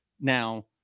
Now